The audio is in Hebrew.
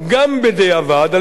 על-פי מדיניות הממשלה.